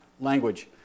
Language